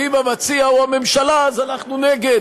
ואם המציע הוא הממשלה אז אנחנו נגד,